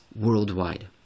worldwide